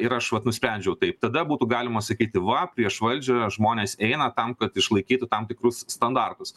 ir aš vat nusprendžiau taip tada būtų galima sakyti va prieš valdžią žmonės eina tam kad išlaikytų tam tikrus standartus